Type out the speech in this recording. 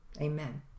Amen